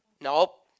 Nope